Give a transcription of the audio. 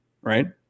right